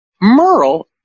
Merle